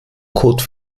code